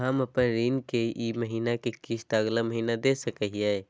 हम अपन ऋण के ई महीना के किस्त अगला महीना दे सकी हियई?